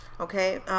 Okay